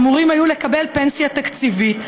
היו אמורים לקבל פנסיה תקציבית.